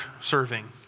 serving